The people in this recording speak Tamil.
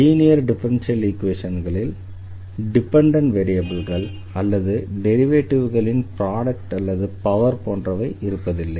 லீனியர் டிஃபரன்ஷியல் ஈக்வேஷன்களில் டிபெண்டண்ட் வேரியபிள்கள் அல்லது டெரிவேட்டிவ்களின் ப்ரோடெக்ட் அல்லது பவர் போன்றவை இருப்பதில்லை